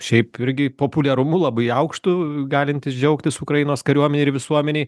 šiaip irgi populiarumu labai aukštu galintis džiaugtis ukrainos kariuomenei ir visuomenei